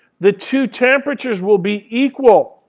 the two temperatures will be equal.